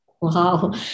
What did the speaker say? Wow